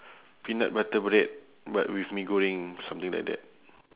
peanut butter bread but with mee goreng something like that